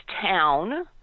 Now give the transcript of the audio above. town